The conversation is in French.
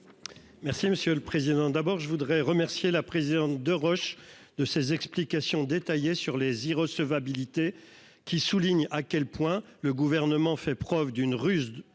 Merci monsieur le président. D'abord je voudrais remercier la présidente de Roche de ces explications détaillées sur les. Recevabilité qui souligne à quel point le gouvernement fait preuve d'une ruse